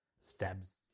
stabs